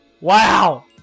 Wow